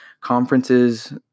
Conferences